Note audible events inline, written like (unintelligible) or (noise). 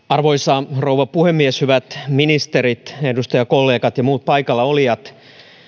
(unintelligible) arvoisa rouva puhemies hyvät ministerit edustajakollegat ja muut paikallaolijat